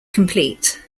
complete